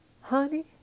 Honey